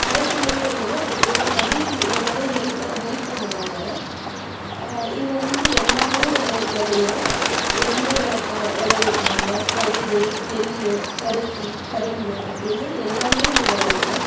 அரசு ஊழியர்களும் அதுக்கு ஏத்த மாதிரி ரொம்பவே ஹெல்ப் ஹெல்ப் பண்ணுவாங்க இங்கே வந்து எல்லாமே விளை விளையும் உளுந்து விளைவிப் விளைவிப்பாங்க பயிர் நெல் பருத்தி கரும்பு அப்படினு எல்லாமே இங்கே விளையும்